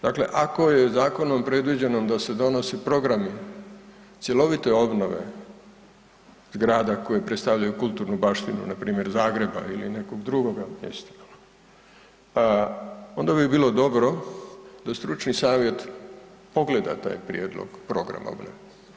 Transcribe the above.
Dakle je zakonom predviđeno da se nosi programi cjelovite obnove zgrada koje predstavljaju kulturnu baštinu npr. Zagreba ili nekog drugoga mjesta, onda bi bilo dobro da stručni savjet pogleda taj prijedlog programa obnove.